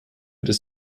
des